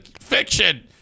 fiction